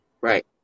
right